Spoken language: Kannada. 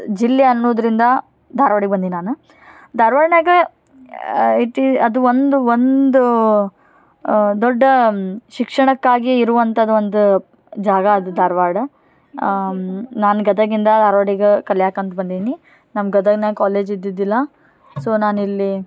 ಜಿಲ್ಲೆ ಅನ್ನುದರಿಂದ ಧಾರ್ವಾಡಕ್ಕೆ ಬಂದು ನಾನು ಧಾರ್ವಾಡ್ನ್ಯಾಗೆ ಐತಿ ಅದು ಒಂದು ಒಂದು ದೊಡ್ಡ ಶಿಕ್ಷಣಕ್ಕಾಗಿಯೇ ಇರುವಂಥದ್ದು ಒಂದು ಜಾಗ ಅದು ಧಾರ್ವಾಡ ನಾನು ಗದಗಿಂದ ಧಾರ್ವಾಡದಿಂದ ಕಲಿಯಾಕಂತ ಬಂದೀನಿ ನಮ್ಮ ಗದಗ್ನ್ಯಾಗ ಕಾಲೇಜ್ ಇದ್ದಿದ್ದಿಲ್ಲ ಸೋ ನಾನಿಲ್ಲಿ